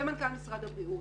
ומנכ"ל משרד הבRIAות,